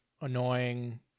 annoying